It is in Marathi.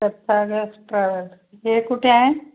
तथागत ट्रॅवल हे कुठे आहे